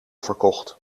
verkocht